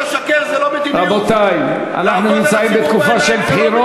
סליחה, רבותי, תנו לי לנהל את הישיבה.